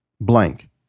blank